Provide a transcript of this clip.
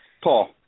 Paul